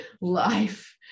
life